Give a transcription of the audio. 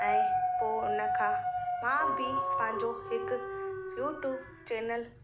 ऐं पोइ हुन खां मां बि पंहिंजो हिकु यूटूब चेनल